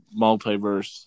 multiverse